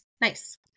Nice